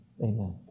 Amen